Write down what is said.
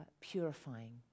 purifying